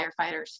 firefighters